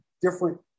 different